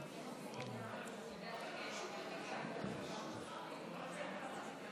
זה 10% ממה שאתם צריכים לקבל